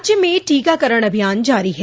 राज्य में टीकाकरण अभियान जारी है